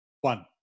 One